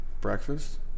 breakfast